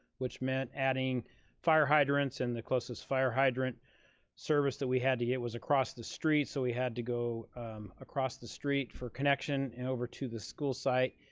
which meant adding fire hydrants and the closest fire hydrant service that we had to get was across the street, so we had to go across the street for connection and over to the school site.